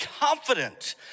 confident